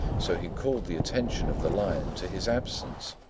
so he called the attention of the lion to his absence,